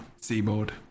seaboard